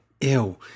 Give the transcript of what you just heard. Ew